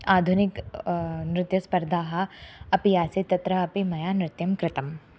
आधुनिकाः नृत्यस्पर्धाः अपि आसन् तत्र अपि मया नृत्यं कृतम्